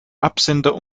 absender